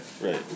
Right